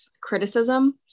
criticism